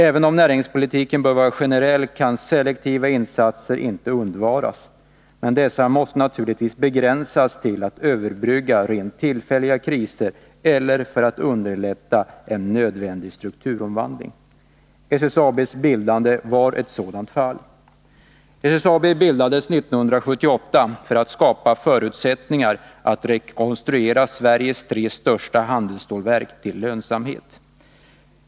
Även om näringspolitiken bör vara generell kan selektiva insatser inte undvaras, men de måste naturligtvis begränsas till att överbrygga rent tillfälliga kriser eller till att underlätta en nödvändig strukturomvandling. SSAB:s bildande var ett sådant fall. SSAB bildades 1978 för att skapa förutsättningar för att rekonstruera Sveriges tre största handelsstålverk till lönsamhet.